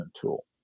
tool